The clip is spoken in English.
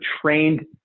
trained